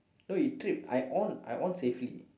no it tripped I on I on safely